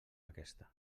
aquesta